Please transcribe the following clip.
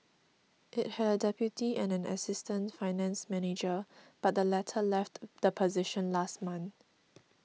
it had a deputy and an assistant finance manager but the latter left the position last month